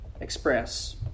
express